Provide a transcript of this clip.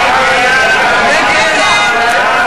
סעיפים 1 10, כהצעת הוועדה,